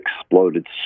exploded